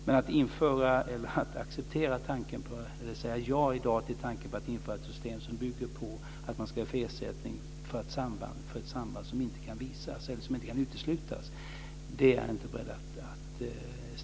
Men jag är inte beredd att i dag säga ja till tanken om att införa ett system som bygger på att man ska få ersättning för ett samband som inte kan uteslutas.